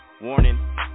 Warning